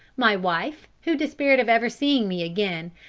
my wife, who despaired of ever seeing me again,